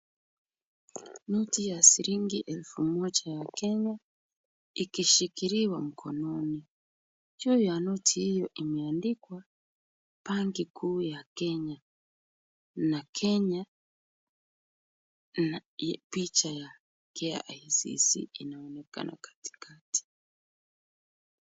Noti ya shilingi elfu moja ya Kenya ikishikiliwa mkononi. Juu ya noti hiyo imeandikwa Banki kuu ya Kenya na Kenya na picha ya KICC inaonekana katikati.